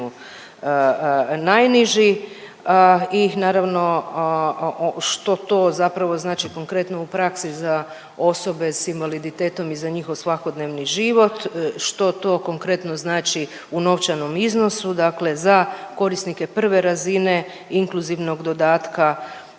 najniži i naravno što to zapravo znači konkretno u praksi za osobe sa invaliditetom i za njihov svakodnevni život, što to konkretno znači u novčanom iznosu. Dakle, za korisnike prve razine inkluzivnog dodatka